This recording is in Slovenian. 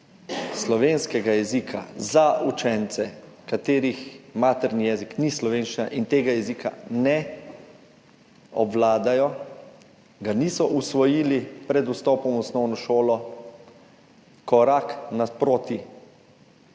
slovenskega jezika za učence, katerih materni jezik ni slovenščina in tega jezika ne obvladajo, ga niso usvojili pred vstopom v osnovno šolo, korak naproti